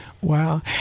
Wow